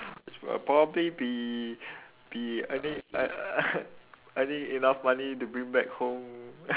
it's well probably be be I think I I think enough money to bring back home